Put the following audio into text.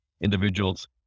individuals